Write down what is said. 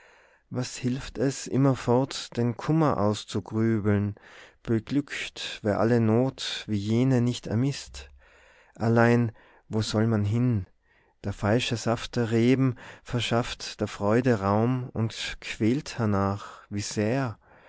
was hilft es immerfort den kummer auszugrübeln beglückt wer alle not wie jene nicht ermisst allein wo soll man hin der falsche saft der reben verschafft der freude raum und quält hernach wie sehr